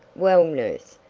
well, nurse,